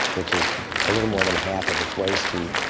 which is a little more than half of its waste heat,